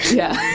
yeah.